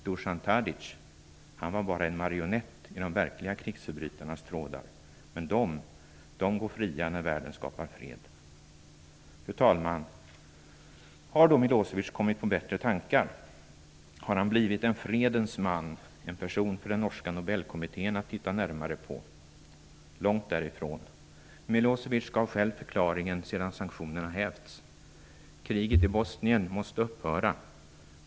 Dusan Tadic var bara en marionett i de verkliga krigsförbrytarnas trådar, men de verkliga krigsförbrytarna går fria när världen skapar fred. Fru talman! Har då Milosevic kommit på bättre tankar? Har han blivit en fredens man - en person för den norska Nobelkommittèn att titta närmare på? Långt därifrån. Milosevic gav själv förklaringen sedan sanktionerna hävts: "Kriget i Bosnien måste upphöra.